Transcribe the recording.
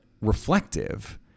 reflective